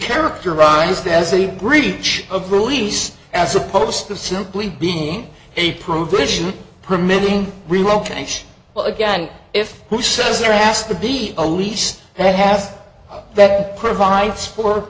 characterized as a breach of release as opposed to simply being a provision permitting relocation well again if who says they're asked to be a lease they have that provides for